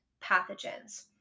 pathogens